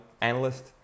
analyst